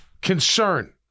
Concern